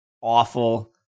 awful